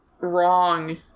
wrong